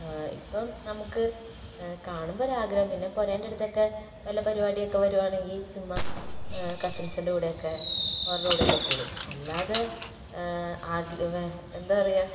ഇപ്പം നമുക്ക് കാണുമ്പോൾ ഒരാഗ്രഹം പിന്നെ പൊരേൻറ്റെടുത്തൊക്കെ വല്ല പരിപാടി ഒക്കെ വരികയാണെങ്കിൽ ചുമ്മ കസിൻസിൻ്റെ കൂടെ ഒക്കെ ഓർഡെ കൂടെ ഒക്കെ കൂടും അല്ലാതെ എന്താ പറയുക